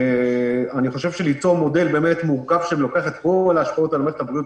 אני חושב שליצור מודל מורכב שלוקח את כל ההשפעות על מערכת הבריאות,